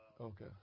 Okay